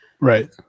Right